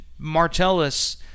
Martellus